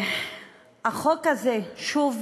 החוק הזה, שוב